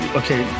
okay